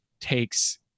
takes